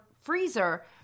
freezer